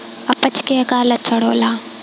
अपच के का लक्षण होला?